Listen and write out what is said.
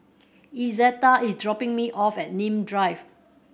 Izetta is dropping me off at Nim Drive